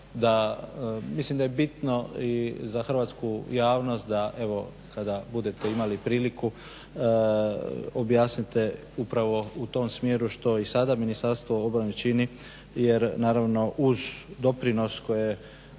mislim da je bitno i za hrvatsku javnost da evo kada budete imali priliku objasnite upravo u tom smjeru što i sada Ministarstvo obrane čini jer naravno uz doprinos koji